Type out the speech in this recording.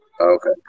Okay